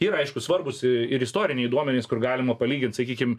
ir aišku svarbūs ir istoriniai duomenys kur galima palygint sakykim